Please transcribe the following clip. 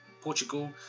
Portugal